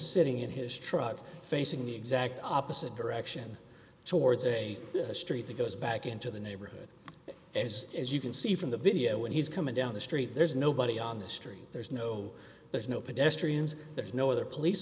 sitting in his truck facing the exact opposite direction towards a street that goes back into the neighborhood as as you can see from the video when he's coming down the street there's nobody on the street there's no there's no